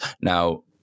now